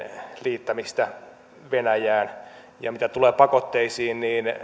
liittämistä venäjään mitä tulee pakotteisiin niin